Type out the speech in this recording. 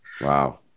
Wow